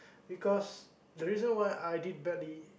because the reason why I did badly